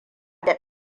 da